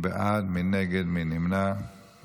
אז אנחנו נצביע על ההצעה.